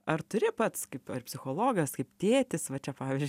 ar turi pats kaip psichologas kaip tėtis va čia pavyzdžiui